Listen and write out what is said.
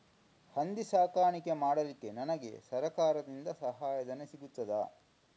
ಹಂದಿ ಸಾಕಾಣಿಕೆ ಮಾಡಲಿಕ್ಕೆ ನನಗೆ ಸರಕಾರದಿಂದ ಸಹಾಯಧನ ಸಿಗುತ್ತದಾ?